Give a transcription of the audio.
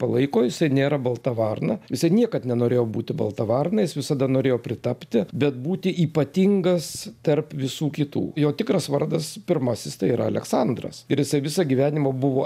palaiko jisai nėra balta varna jisai niekad nenorėjo būti balta varna jis visada norėjo pritapti bet būti ypatingas tarp visų kitų jo tikras vardas pirmasis tai yra aleksandras ir jisai visą gyvenimą buvo